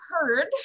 heard